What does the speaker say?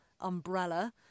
umbrella